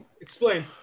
Explain